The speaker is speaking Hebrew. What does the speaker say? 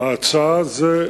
ההצעה זה,